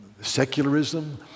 secularism